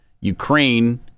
Ukraine